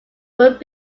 would